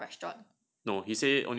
it's street food or restaurant